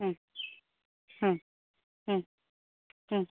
ಹ್ಞೂ ಹ್ಞೂ ಹ್ಞೂ ಹ್ಞೂ